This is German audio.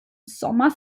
sommer